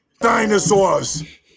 Dinosaurs